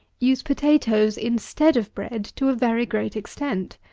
use potatoes instead of bread to a very great extent.